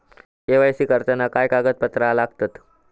KYC करताना काय कागदपत्रा लागतत?